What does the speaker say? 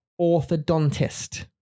orthodontist